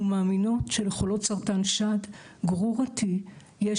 אנחנו מאמינות שלחולות סרטן שד גרורתי יש